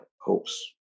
hopes